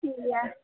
ठीक ऐ